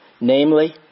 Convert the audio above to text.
Namely